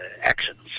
actions